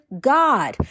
God